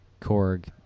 Korg